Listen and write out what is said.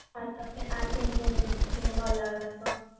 ଆର ତତେ ଆର କେନ କେନ ସିନ ଭଲ ଲାଗଲା କହ